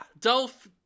Dolph